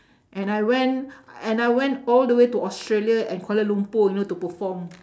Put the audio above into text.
and I went and I went all the way to australia and kuala-lumpur you know to perform